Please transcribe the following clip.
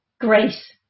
grace